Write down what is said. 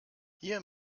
hier